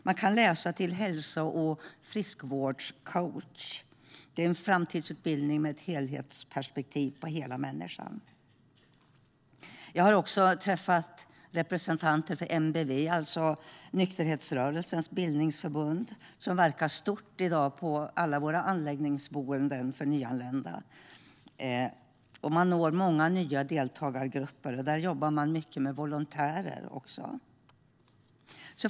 Man kan läsa till hälso och friskvårdscoach - en framtidsutbildning med ett helhetsperspektiv på hela människan. Jag har också träffat representanter för NBV, Nykterhetsrörelsens Bildningsverksamhet, som i dag verkar stort på alla våra anläggningsboenden för nyanlända. Man når många nya deltagargrupper och jobbar mycket med volontärer.